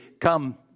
come